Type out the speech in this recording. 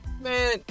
man